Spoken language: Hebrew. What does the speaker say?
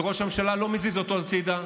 וראש הממשלה לא מזיז אותו הצידה,